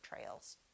Trails